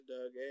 Doug